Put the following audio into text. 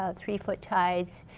ah three foot tides,